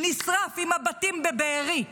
נשרף עם הבתים בבארי.